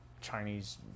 Chinese